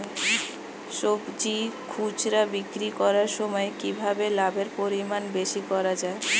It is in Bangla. সবজি খুচরা বিক্রি করার সময় কিভাবে লাভের পরিমাণ বেশি করা যায়?